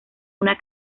una